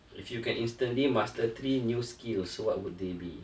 if you can instantly master three new skills what would they be